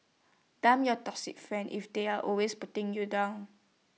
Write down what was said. dump your toxic friends if they're always putting you down